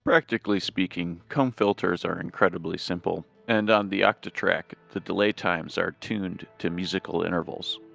practically speaking comb filters are incredibly simple, and on the octatrack the delay times are tuned to musical intervals.